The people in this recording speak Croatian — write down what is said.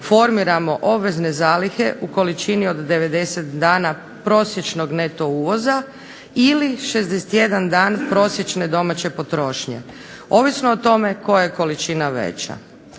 formiramo obvezne zalihe u količini od 90 dana prosječnog neto uvoza ili 61 dan prosječne domaće potrošnje, ovisno o tome koja je količina veća.